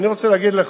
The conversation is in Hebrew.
אני רוצה להגיד לך,